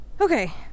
okay